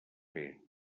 fer